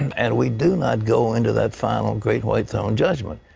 and we do not go into that final great white throne judgment.